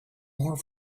more